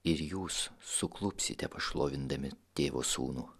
ir jūs suklupsite pašlovindami tėvo sūnų